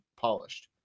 polished